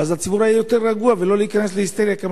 ואז הציבור היה יותר רגוע ולא היה נכנס להיסטריה.